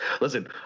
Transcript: Listen